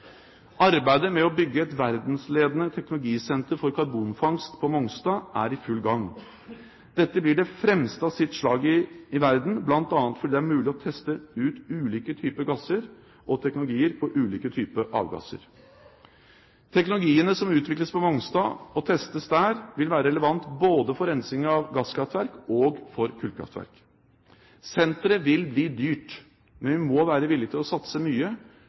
Arbeidet med å bygge et verdensledende teknologisenter for karbonfangst på Mongstad er i full gang. Dette blir det fremste i sitt slag i verden, bl.a. fordi det blir mulig å teste ut ulike typer gasser og teknologier på ulike typer avgasser. Teknologiene som utvikles på Mongstad og testes der, vil være relevante for rensing av både gasskraftverk og kullkraftverk. Senteret vil bli dyrt, men vi må være villige til å satse mye